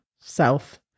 south